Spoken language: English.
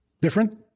different